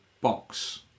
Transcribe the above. box